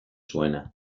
zuena